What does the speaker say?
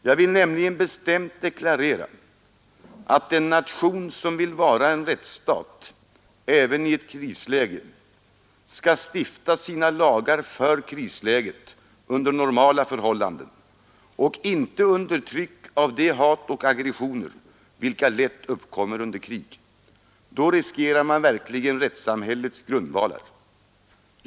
Jag vill nämligen bestämt deklarera, att en nation som vill vara en rättsstat — även i ett krisläge — skall stifta sina lagar för krisläget under normala förhållanden och inte under tryck av det hat och de aggressioner vilka lätt uppkommer under krig. Då riskerar man verkligen rättssamhällets grundvalar.